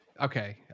Okay